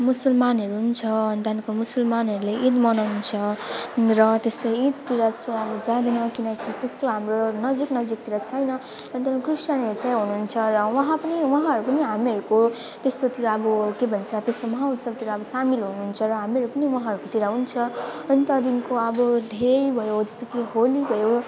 मुसलमानहरू नि छ त्यहाँदेखिन्को मुसलमानहरूले इद मनाउँछ र त्यस्तो इदतिर चाहिँ अब जाँदैन किनकि त्यस्तो हाम्रो नजिक नजिकतिर छैन अनि त क्रिस्चियनहरू चाहिँ हुनुहुन्छ र उहाँ पनि उहाँहरू पनि हामीहरूको त्यस्तोतिर अब के भन्छ त्यस्तो महोत्सवतिर सामिल हुन्छ र हाम्रोहरू पनि उहाँहरको तिर हुन्छ अनि त त्यहाँदेखिन्को अब धेरै भयो जस्तो कि होली भयो